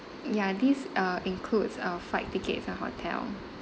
ya these uh includes uh flight tickets and hotel